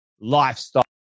lifestyle